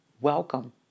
Welcome